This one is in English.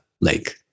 lake